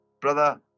Brother